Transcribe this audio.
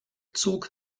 zog